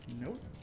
Nope